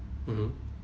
mmhmm